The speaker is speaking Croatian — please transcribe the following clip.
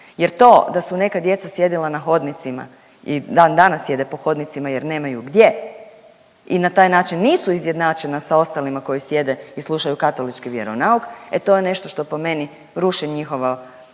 Jer to da su neka djeca sjedila na hodnicima i dan danas sjede po hodnicima jer nemaju gdje i na taj način nisu izjednačena sa ostalima koji sjede i slušaju katolički vjeronauk, e to je nešto što po meni ruši njihovo